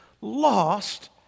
lost